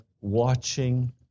watching